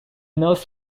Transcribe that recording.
knows